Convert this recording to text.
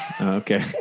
Okay